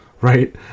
right